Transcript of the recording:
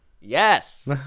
Yes